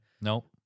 Nope